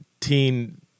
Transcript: teen